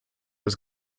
was